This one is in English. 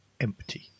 empty